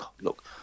look